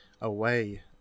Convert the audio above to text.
away